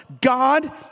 God